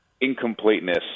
incompleteness